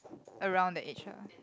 around the age ah